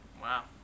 Wow